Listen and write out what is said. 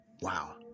wow